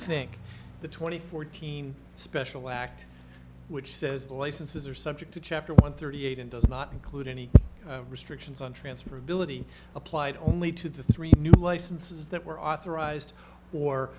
think the twenty fourteen special act which says the licenses are subject to chapter one thirty eight and does not include any restrictions on transferability applied only to the three licenses that were authorized or